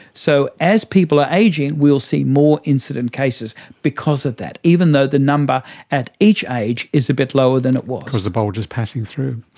so as people are ageing we will see more incident cases because of that, even though the number at each age is a bit lower than it was. because the bulge is passing through.